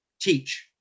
teach